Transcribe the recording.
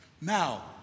Now